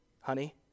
Honey